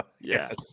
yes